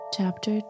Chapter